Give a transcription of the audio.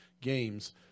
games